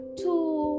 two